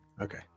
Okay